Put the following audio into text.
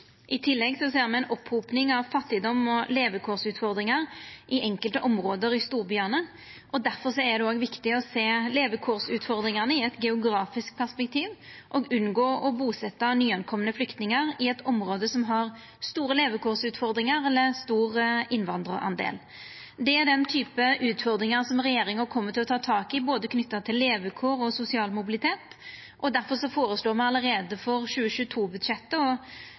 I tillegg ser me ei opphoping av fattigdom og levekårsutfordringar i enkelte område i storbyane. Difor er det òg viktig å sjå levekårsutfordringane i eit geografisk perspektiv og unngå å busetja nykomne flyktningar i eit område som har store levekårsutfordringar eller stor innvandrarandel. Det er den typen utfordringar som regjeringa kjem til å ta tak i, knytte til både levekår og sosial mobilitet. Difor føreslår me allereie for